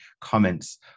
comments